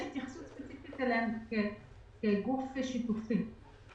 התייחסות ספציפית אליהם כאל גוף שיתופי.